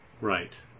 Right